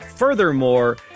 Furthermore